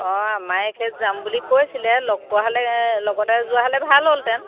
অঁ আমাৰ এখেত যাম বুলি কৈছিলে লগ পোৱা হ'লে লগতে যোৱা হ'লে ভাল হ'লহেতেন